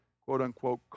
quote-unquote